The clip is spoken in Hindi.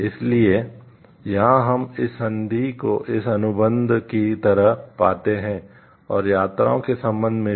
इसलिए यहां हम इस संधि को इस अनुबंध की तरह पाते हैं और यात्राओं के संबंध में भी